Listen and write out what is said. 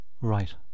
right